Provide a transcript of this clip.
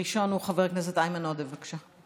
ראשון הוא חבר הכנסת איימן עודה, בבקשה.